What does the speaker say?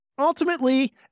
Ultimately